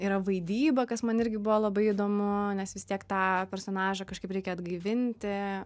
yra vaidyba kas man irgi buvo labai įdomu nes vis tiek tą personažą kažkaip reikia atgaivinti